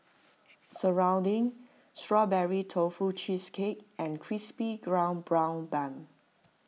Serunding Strawberry Tofu Cheesecake and Crispy ground Brown Bun